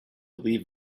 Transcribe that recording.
leave